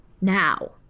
Now